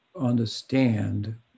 understand